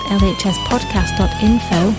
lhspodcast.info